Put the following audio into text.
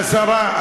השרה,